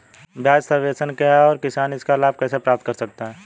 ब्याज सबवेंशन क्या है और किसान इसका लाभ कैसे प्राप्त कर सकता है?